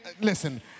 listen